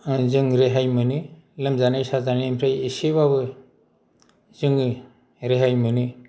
जों रेहाय मोनो लोमजानाय साजानायनिफ्राय एसेबाबो जोङो रेहाय मोनो